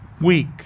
week